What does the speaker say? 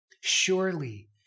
Surely